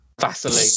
Vaseline